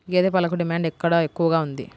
గేదె పాలకు డిమాండ్ ఎక్కడ ఎక్కువగా ఉంది?